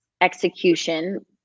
execution